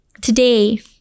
today